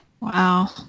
Wow